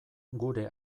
gure